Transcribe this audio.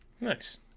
Nice